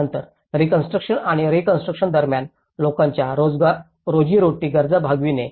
नंतर रीकॉन्स्ट्रुकशन आणि रीकॉन्स्ट्रुकशन दरम्यान लोकांच्या रोजीरोटी गरजा भागविणे